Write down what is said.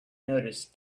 noticed